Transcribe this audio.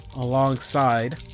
Alongside